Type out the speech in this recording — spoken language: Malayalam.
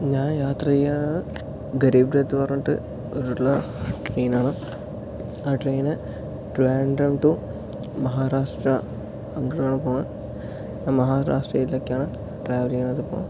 ഞാൻ യാത്ര ചെയ്യാറ് ഗരിബ്രത് എന്ന് പറഞ്ഞിട്ട് ഒരു ഉള്ള ട്രെയിനാണ് ആ ട്രെയിൻ ട്രിവാൻഡ്രം ടു മഹാരാഷ്ട്ര അങ്ങോട്ട് ആണ് പോണ് മഹാരാഷ്ട്രയിലേക്ക് ആണ് ട്രാവൽ ചെയ്യുന്നത് ഇപ്പം